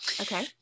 Okay